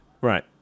Right